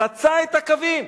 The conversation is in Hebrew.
חצה את הקווים.